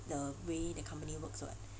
the way the company works [what]